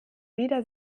wieder